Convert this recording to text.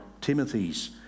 Timothy's